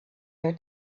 her